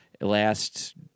Last